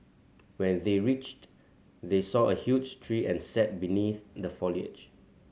when they reached they saw a huge tree and sat beneath the foliage